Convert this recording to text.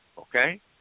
okay